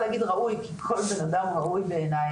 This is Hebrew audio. וכל בן אדם ראוי בעיני,